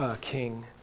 king